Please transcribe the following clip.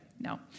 no